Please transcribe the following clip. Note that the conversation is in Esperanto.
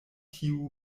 tiu